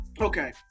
Okay